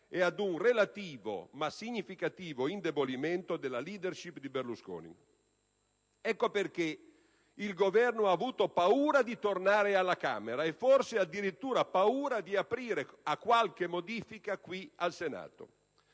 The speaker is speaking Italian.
e ad un relativo, ma significativo indebolimento della *leadership* di Berlusconi. Ecco perché il Governo ha avuto paura di tornare alla Camera e forse ha addirittura paura di aprire a qualche modifica qui al Senato.